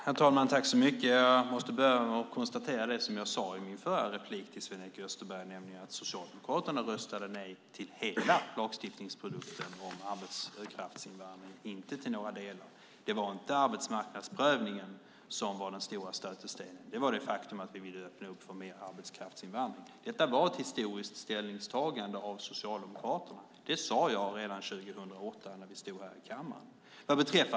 Herr talman! Jag måste börja med att konstatera det som jag sade till Sven-Erik Österberg i mitt förra inlägg, nämligen att Socialdemokraterna röstade nej till hela lagstiftningsprodukten om arbetskraftsinvandring, inte bara till några delar. Det var inte arbetsmarknadsprövningen som var den stora stötestenen, utan det var det faktum att vi ville öppna upp för mer arbetskraftsinvandring. Detta var ett historiskt ställningstagande av Socialdemokraterna. Det sade jag redan 2008 när vi stod här i kammaren.